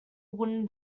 wooden